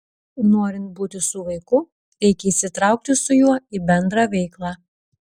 norint būti su vaiku reikia įsitraukti su juo į bendrą veiklą